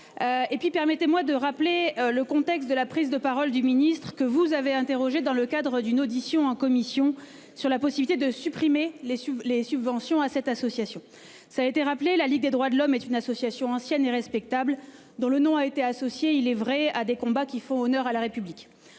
Pays-Bas. Permettez-moi de rappeler le contexte de la prise de parole du ministre, que vous avez interrogé, dans le cadre d'une audition en commission, sur la possibilité de supprimer les subventions versées à cette association. La Ligue des droits de l'homme est une association ancienne et respectable, dont le nom a été associé, c'est vrai, à des combats qui font honneur à la République.